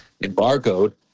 embargoed